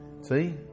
See